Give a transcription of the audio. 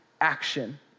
action